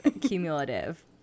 cumulative